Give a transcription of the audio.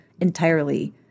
entirely